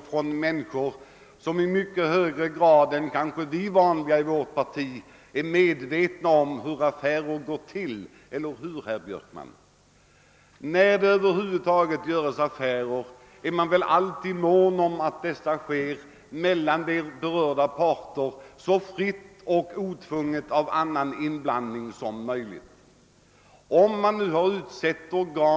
förs av människor inom oppositionen som i mycket högre grad än människorna i vårt parti vet hur affärer går till, tycker jag är något jesuitiskt — eller hur, herr Björkman? Man är väl alltid mån om att affärer mellan berörda parter skall göras upp så fritt från och obundet av annan inblandning som gärna är möjligt.